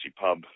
Pub